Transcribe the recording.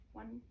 one